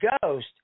Ghost